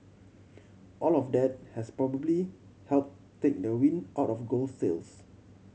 all of that has probably help take the wind out of gold's sails